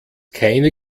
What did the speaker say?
keine